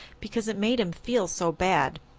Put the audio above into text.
because it made him feel so bad.